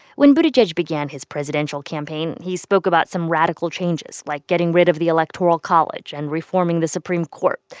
when buttigieg began his presidential campaign, he spoke about some radical changes, like getting rid of the electoral college and reforming the supreme court.